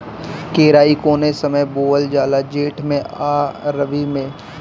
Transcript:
केराई कौने समय बोअल जाला जेठ मैं आ रबी में?